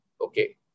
okay